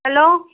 hello